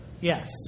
Yes